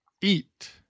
eat